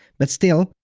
but still,